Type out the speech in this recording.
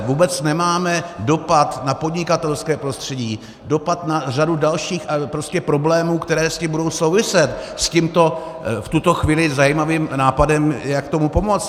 Vůbec nemáme dopad na podnikatelské prostředí, dopad na řadu dalších problémů, které s tím budou souviset, s tímto v tuto chvíli zajímavým nápadem, jak tomu pomoct.